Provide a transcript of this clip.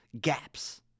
gaps